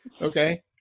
Okay